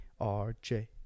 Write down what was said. RJ